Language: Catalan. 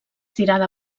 tirada